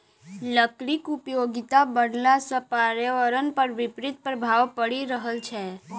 लकड़ीक उपयोगिता बढ़ला सॅ पर्यावरण पर विपरीत प्रभाव पड़ि रहल छै